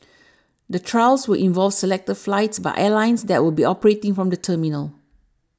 the trials will involve selected flights by airlines that will be operating from the terminal